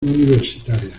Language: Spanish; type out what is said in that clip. universitaria